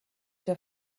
der